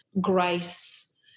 grace